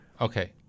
okay